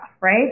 right